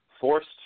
forced